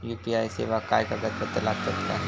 UPI सेवाक काय कागदपत्र लागतत काय?